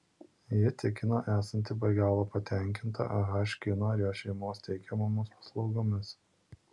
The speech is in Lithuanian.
ji tikino esanti be galo patenkinta ah kino ir jo šeimos teikiamomis paslaugomis